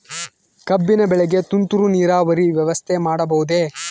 ಕಬ್ಬಿನ ಬೆಳೆಗೆ ತುಂತುರು ನೇರಾವರಿ ವ್ಯವಸ್ಥೆ ಮಾಡಬಹುದೇ?